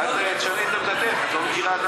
את לא מבינה,